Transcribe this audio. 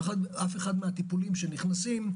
אף אחד מהטיפולים שנכנסים,